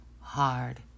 hard